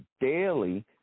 daily